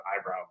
eyebrow